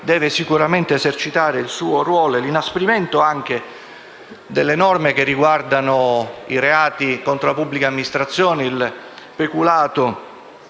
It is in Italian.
deve sicuramente esercitare il suo ruolo; nonché l'inasprimento delle norme che riguardano i reati contro la pubblica amministrazione, il peculato